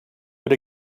but